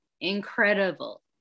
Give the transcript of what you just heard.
incredible